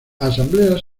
asambleas